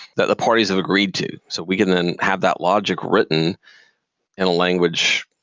that the parties have agreed to. so we can then have that logic written in a language,